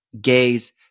gaze